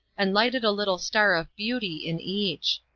and lighted a little star of beauty in each.